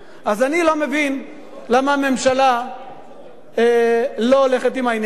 אז אני לא מבין למה הממשלה לא הולכת עם העניין הזה.